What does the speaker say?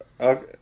okay